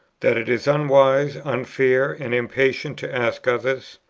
that it is unwise, unfair, and impatient to ask others,